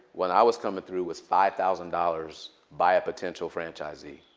when i was coming through, was five thousand dollars by a potential franchisee.